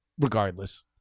Regardless